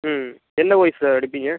ம் என்ன ஓஎஸ்ஸு அடிப்பிங்க